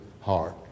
heart